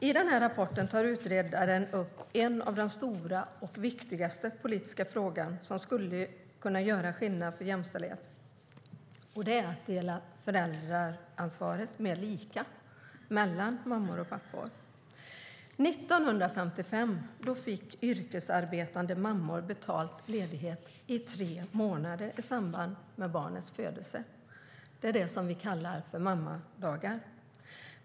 I denna rapport tar utredaren upp en av de största och viktigaste politiska frågorna som skulle kunna göra skillnad för jämställdheten, nämligen att dela föräldraansvaret mer lika mellan mammor och pappor. År 1955 fick yrkesarbetande mammor betald ledighet i tre månader i samband med barnets födelse. Det är det som vi kallar för mammadagar.